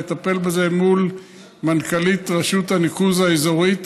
לטפל בזה מול מנכ"לית רשות הניקוז האזורית.